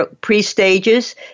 pre-stages